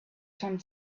some